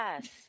Yes